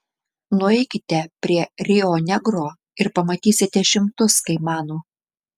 nueikite prie rio negro ir pamatysite šimtus kaimanų